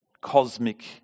cosmic